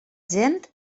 gent